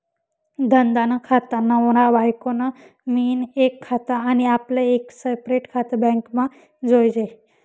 धंदा नं खातं, नवरा बायको नं मियीन एक खातं आनी आपलं एक सेपरेट खातं बॅकमा जोयजे